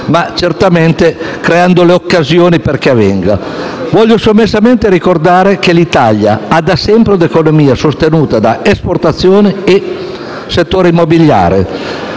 e promuovere le occasioni perché la corruzione avvenga. Voglio sommessamente ricordare che l'Italia ha da sempre un'economia sostenuta da esportazione e settore immobiliare.